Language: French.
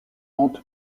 hante